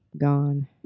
gone